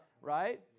Right